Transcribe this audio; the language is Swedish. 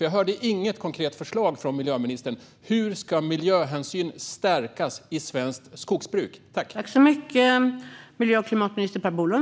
Jag hörde inget konkret förslag från miljöministern om hur miljöhänsynen ska stärkas i svenskt skogsbruk.